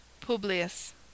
Publius